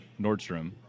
Nordstrom